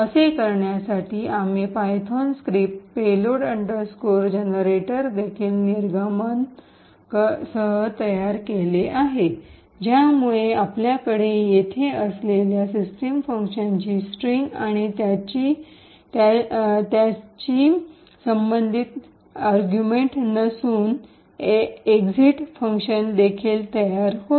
असे करण्यासाठी आम्ही पायथन स्क्रिप्ट पेलोड जनेरेटर देखील निर्गमन सह तयार केले आहे ज्यामुळे आपल्याकडे येथे असलेल्या सिस्टम फंक्शनची स्ट्रिंग आणि त्याशी संबंधित युक्तिवाद अर्गुमेंट नसून एक्झिट फंक्शन देखील तयार होते